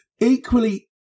equally